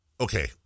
Okay